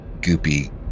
goopy